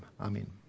Amen